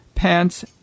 pants